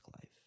life